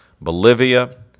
Bolivia